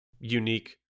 unique